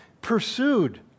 pursued